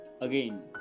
again